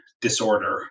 disorder